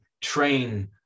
train